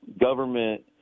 government